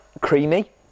creamy